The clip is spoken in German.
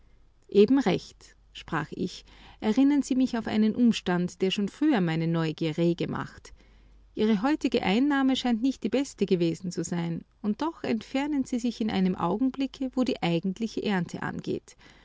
eben recht sprach ich erinnern sie mich auf einen umstand der schon früher meine neugier rege machte ihre heutige einnahme scheint nicht die beste gewesen zu sein und doch entfernen sie sich in einem augenblicke wo eben die eigentliche ernte angeht